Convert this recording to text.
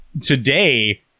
today